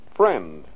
friend